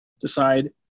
decide